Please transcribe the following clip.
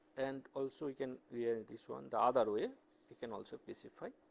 and also we can rearrange this one, the other way we can also specify